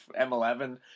M11